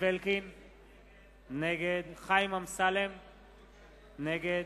36 בעד, 61 נגד,